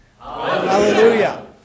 Hallelujah